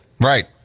right